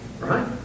right